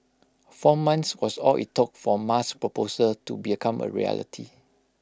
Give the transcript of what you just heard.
four months was all IT took for Ma's proposal to become A reality